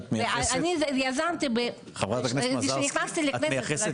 אני יזמתי כשנכנסתי לכנסת